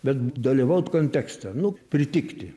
bet dalyvaut kontekste nu pritikti